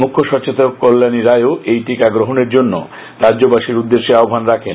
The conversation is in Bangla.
মুখ্য সচেতক কল্যাণী রায়ণ্ড এই টিকা গ্রহণের জন্য রাজ্যবাসীর উদ্দেশ্যে আহ্বান রাখেন